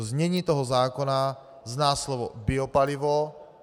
Znění toho zákona zná slovo biopalivo.